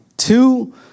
two